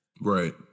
Right